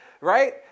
Right